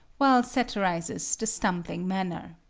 well satirizes the stumbling manner